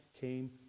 came